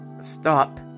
Stop